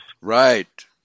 Right